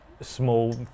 small